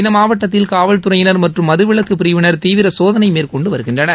இந்த மாவட்டத்தில் காவல்துறையினர் மற்றும் மதுவிலக்கு பிரிவினர் தீவிர சோதனை மேற்கொண்டு வருகின்றனர்